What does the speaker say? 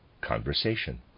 Conversation